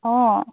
অঁ